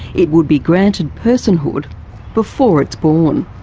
it would be granted personhood before it's born.